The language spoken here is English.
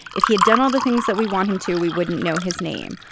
if he had done all the things that we want him to, we wouldn't know his name.